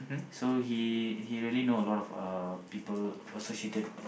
so he he really know a lot of uh people associated